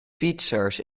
fietsers